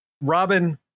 Robin